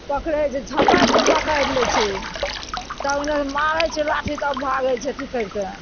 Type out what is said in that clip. पकड़य छै झपटि कए पकड़ि लै छै तब उन्नेसँ मारय छै लाठी तब भागय छै अथी करि कए